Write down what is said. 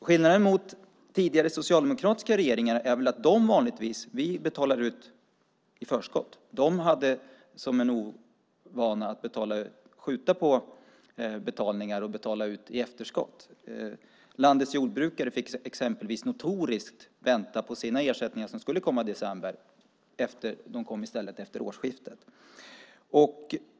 Skillnaden jämfört med tidigare socialdemokratiska regeringar är att vi betalar ut i förskott, medan de hade ovanan att skjuta på betalningar och betala ut i efterskott. Landets jordbrukare exempelvis lät man notoriskt vänta på de ersättningar som skulle komma i december men som kom efter årsskiftet.